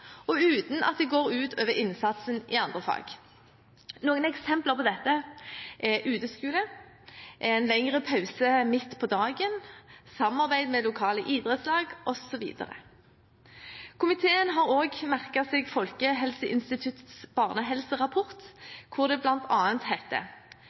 og uten at det går ut over innsatsen i andre fag. Noen eksempler på dette er uteskole, en lengre pause midt på dagen, samarbeid med lokale idrettslag osv. Komiteen har også merket seg Folkehelseinstituttets barnehelserapport, hvor det